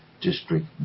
District